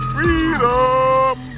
Freedom